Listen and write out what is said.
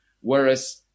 whereas